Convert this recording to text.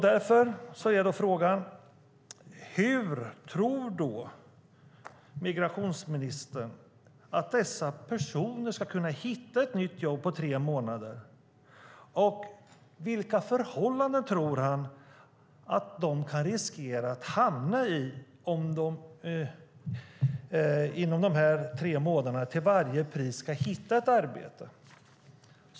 Därför är frågan: Hur tror migrationsministern att dessa personer ska kunna hitta ett nytt jobb på tre månader, och vilka förhållanden tror han att de kan riskera att hamna i om de på dessa tre månader till varje pris måste hitta ett arbete?